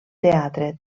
teatre